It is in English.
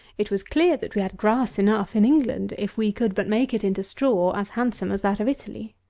it was clear, that we had grass enough in england, if we could but make it into straw as handsome as that of italy.